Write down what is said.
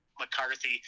mccarthy